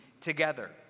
together